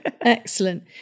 excellent